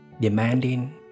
demanding